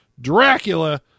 dracula